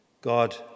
God